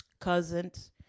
cousins